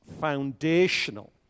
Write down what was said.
foundational